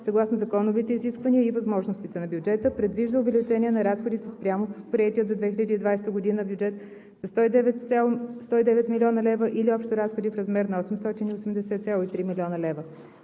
съгласно законовите изисквания и възможностите на бюджета предвижда увеличение на разходите спрямо приетия за 2020 г. със 109,0 млн. лв., или общо разходи в размер на 880,3 млн. лв.